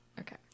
Okay